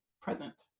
present